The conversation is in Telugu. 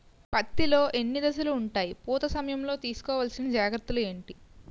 పత్తి లో ఎన్ని దశలు ఉంటాయి? పూత సమయం లో తీసుకోవల్సిన జాగ్రత్తలు ఏంటి?